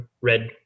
red